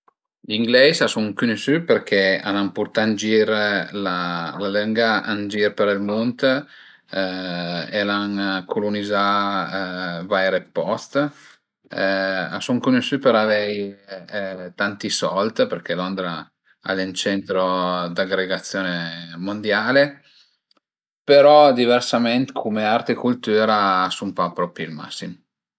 Gli ingleis a sun cunusü perché al an purtà ën gir la lënga ën gir për ël mund e al an culunizà vaire d'post, a sun cunusü për avei tanti sold perché Londra al e ün centro d'aggregazione mondiale, però diversament cume art e cultüra a sun pa propi ël massim